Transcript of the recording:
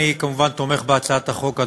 אני כמובן תומך בהצעת החוק,